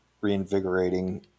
reinvigorating